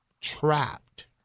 trapped